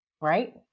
Right